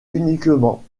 uniquement